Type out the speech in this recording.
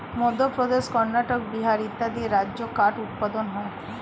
মধ্যপ্রদেশ, কর্ণাটক, বিহার ইত্যাদি রাজ্যে কাঠ উৎপাদন হয়